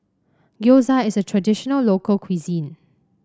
gyoza is a traditional local cuisine